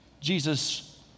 Jesus